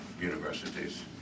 Universities